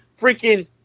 freaking